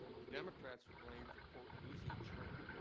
the democrats were blamed for, quote, losing china.